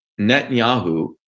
netanyahu